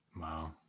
Wow